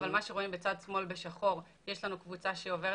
אבל רואים בצד שמאל בשחור שיש קבוצה שעוברת